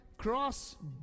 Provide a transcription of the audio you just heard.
cross